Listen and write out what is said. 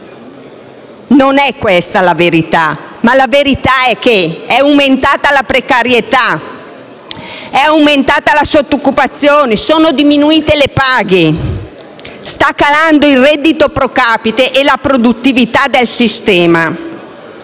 Non è questa la verità. La verità è che è aumentata la precarietà. È aumentata la sottooccupazione. Sono diminuite le paghe e stanno calando il reddito *pro capite* e la produttività del sistema.